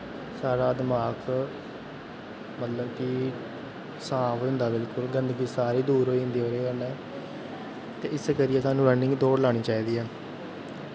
साढ़ा दमाक मतलब कि साफ होंदा बिलकुल गंदगी सारी दूर होई जंदी ओह्दे कन्नै ते इस करियै सानूं रनिंग दौड़ लानी चाहिदी ऐ